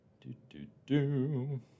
Do-do-do